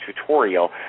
tutorial